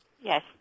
Yes